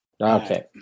okay